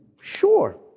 Sure